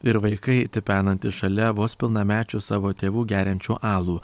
ir vaikai tipenantys šalia vos pilnamečių savo tėvų geriančių alų